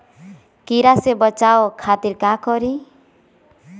कीरा से बचाओ खातिर का करी?